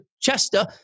Chester